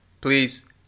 please